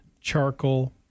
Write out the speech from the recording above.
charcoal